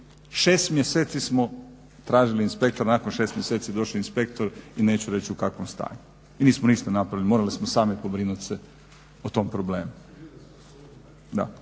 6 mjeseci smo tražili inspektora, nakon 6 mjeseci je došao inspektor i neću reći u kakvom stanju i nismo ništa napravili, morali smo sami pobrinut se o tom problemu.